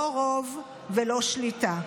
לא רוב ולא שליטה.